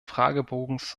fragebogens